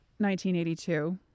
1982